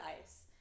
ice